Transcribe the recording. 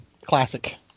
classic